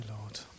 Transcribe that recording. Lord